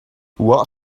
what